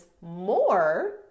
more